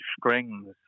strings